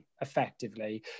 effectively